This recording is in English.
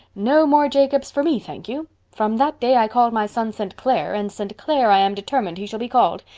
no more jacobs for me, thank you from that day i called my son st. clair and st. clair i am determined he shall be called.